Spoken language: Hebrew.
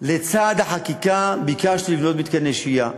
לצד החקיקה ביקשתי לבנות מתקני שהייה.